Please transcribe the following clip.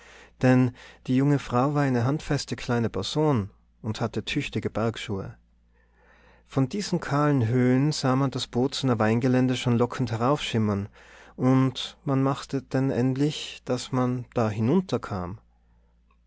denn die junge frau war eine handfeste kleine person und hatte tüchtige bergschuhe von diesen kahlen höhen sah man das bozener weingelände schon lockend heraufschimmern und man machte denn endlich daß man da hinunterkam